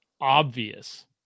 obvious